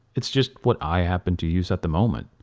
it's just what i happen to use at the moment.